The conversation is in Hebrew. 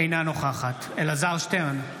אינה נוכחת אלעזר שטרן,